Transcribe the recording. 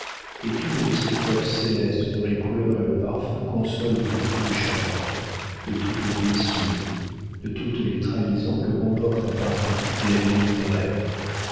est une de ces fleurs célestes dont les couleurs et le parfum consolent de tous les chagrins de toutes les blessures de toutes les trahisons que comporte à paris la vie littéraire